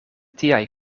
tiaj